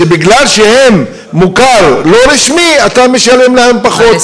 שמכיוון שהם מוכר לא רשמי אתה משלם להם פחות,